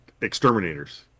exterminators